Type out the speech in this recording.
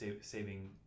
saving